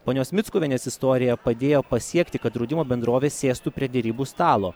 ponios mickuvienės istorija padėjo pasiekti kad draudimo bendrovės sėstų prie derybų stalo